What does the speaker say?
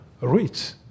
rich